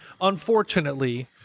unfortunately